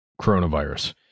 coronavirus